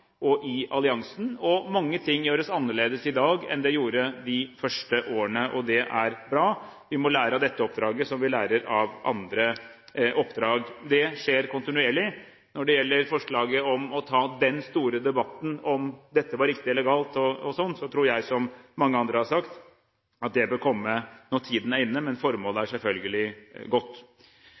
og i alliansen. Mange ting gjøres annerledes i dag enn i de første årene. Det er bra. Vi må lære av dette oppdraget, som vi lærer av andre oppdrag. Det skjer kontinuerlig. Når det gjelder forslaget om å ta den store debatten om dette var riktig eller galt, tror jeg, som mange andre har sagt, at det bør komme når tiden er inne. Men formålet er selvfølgelig godt.